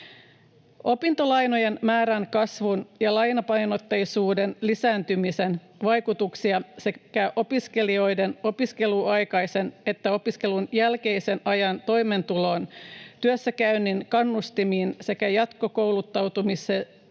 Opintolainojen määrän kasvun ja lainapainotteisuuden lisääntymisen vaikutuksia sekä opiskelijoiden opiskeluaikaisen että opiskelun jälkeisen ajan toimeentuloon, työssäkäynnin kannustimiin sekä jatkokouluttautumisen